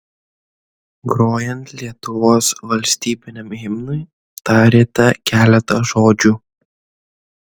grojant lietuvos valstybiniam himnui tarėte keletą žodžių